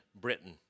Britain